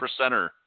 percenter